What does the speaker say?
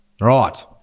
Right